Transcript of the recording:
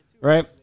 right